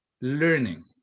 learning